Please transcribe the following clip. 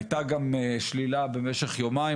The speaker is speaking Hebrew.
הייתה גם שלילה במשך יומיים,